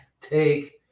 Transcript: take